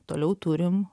toliau turim